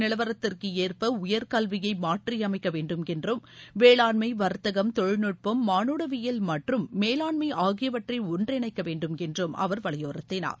நிலவரத்திற்கேற்ப ச்வதேச மாற்றியமைக்க வேண்டுமென்றும் வேளாண்மை வா்த்தகம் தொழில்நுட்பம் மானுடவியல் மற்றும் மேலாண்மை ஆகியவற்றை ஒன்றிணைக்க வேண்டுமென்றும் அவர் வலியுறுத்தினார்